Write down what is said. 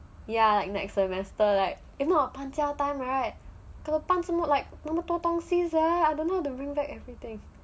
ya like next semester like if not I will paijiao time right I got to 搬这么多东西 I don't know how to bring back everything